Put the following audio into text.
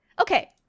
okay